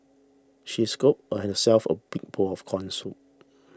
she scooped herself a big bowl of Corn Soup